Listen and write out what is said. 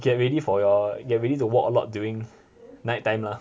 get ready for your get ready to walk a lot during night time lah